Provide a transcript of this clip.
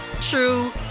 true